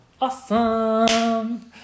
Awesome